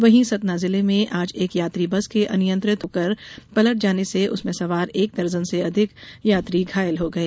वहीं सतना जिले में आज एक यात्री बस के अनियंत्रित होकर पलट जाने से उसमें सवार एक दर्जन से अधिक यात्री घायल हो गए